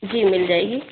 जी मिल जाएगी